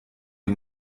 ihr